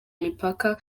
mipaka